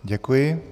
Děkuji.